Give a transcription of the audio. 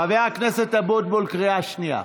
כשלים, חבר הכנסת אבוטבול, קריאה שנייה.